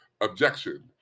objection